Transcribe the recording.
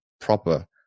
proper